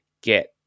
get